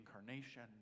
incarnation